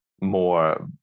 more